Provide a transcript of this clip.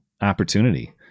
opportunity